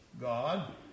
God